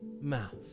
Mouth